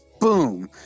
Boom